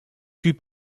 plus